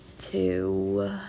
two